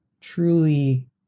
truly